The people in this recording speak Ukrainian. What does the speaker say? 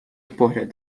погляд